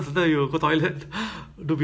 I think can make right